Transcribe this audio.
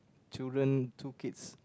children two kids